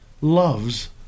loves